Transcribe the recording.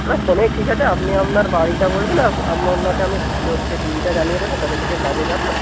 না ফোনেই ঠিক আছে আপনি আপনার বাড়িটা বলবেন আর আমি আপনাকে আমি সে দিনটা জানিয়ে দেব কবে থেকে কাজে যাবো